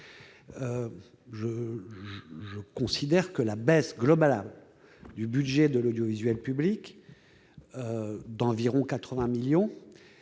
Je considérais que la baisse du budget de l'audiovisuel public d'environ 80 millions